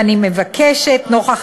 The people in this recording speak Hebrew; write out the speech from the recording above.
ואני מבקשת, נוכח,